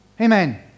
Amen